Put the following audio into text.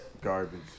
Garbage